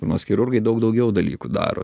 burnos chirurgai daug daugiau dalykų daro